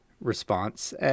response